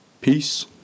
Peace